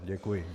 Děkuji.